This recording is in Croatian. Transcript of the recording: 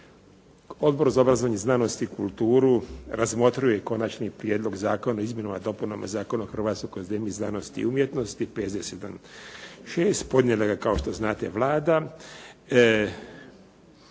Odbor za obrazovanje, znanost i kulturu razmotrio je Konačni prijedlog zakona o izmjenama i dopunama Zakona o hrvatskoj akademiji znanosti i umjetnosti, P.Z. 276. Podnijela ga je kao što znate Vlada.